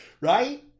right